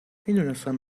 میدونستم